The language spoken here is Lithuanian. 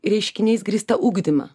reiškiniais grįsta ugdymą